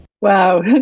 Wow